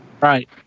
Right